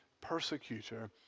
persecutor